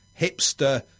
hipster